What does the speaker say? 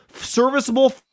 serviceable